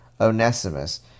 Onesimus